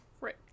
Right